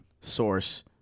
source